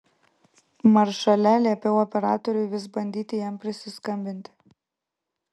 maršale liepiau operatoriui vis bandyti jam prisiskambinti